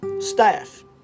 staff